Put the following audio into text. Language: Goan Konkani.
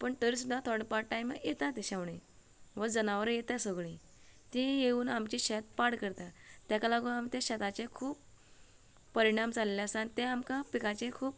पूण तर सुद्दां पोडो पाड टायम येता तशे शेवणीं वा जनावरां येता सागळी की येवन आमची शेत पाड करता तेका लागून आम् ते शेताचेर खूब परिणाम जाल्ले आसा आनी ते आमकां पिकाचेर खूब